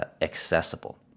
accessible